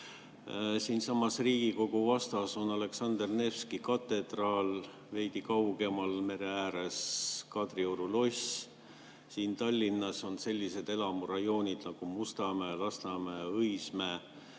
Siinsamas Riigikogu vastas on Aleksander Nevski katedraal, veidi kaugemal mere ääres Kadrioru loss, siin Tallinnas on sellised elamurajoonid nagu Mustamäe, Lasnamäe ja Õismäe.